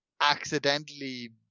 accidentally